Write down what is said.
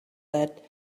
that